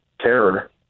terror